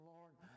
Lord